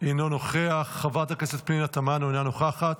אינו נוכח, חברת הכנסת פנינה תמנו, אינה נוכחת,